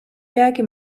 peagi